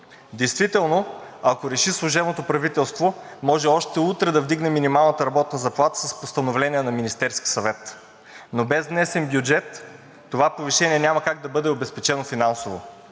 Действително, ако реши служебното правителство, може още утре да вдигне минималната работна заплата с постановление на Министерския съвет, но без внесен бюджет това повишение няма как да бъде обезпечено финансово.